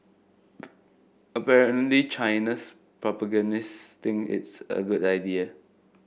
apparently China's propagandists think it's a good idea